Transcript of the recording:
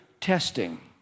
testing